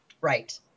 Right